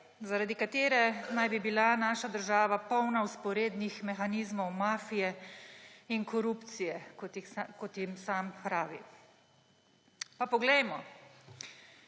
zaradi katere naj bi bila naša država polna vzporednih mehanizmov, mafije in korupcije, kot jim sam pravi. Pa poglejmo.